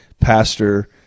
Pastor